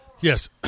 yes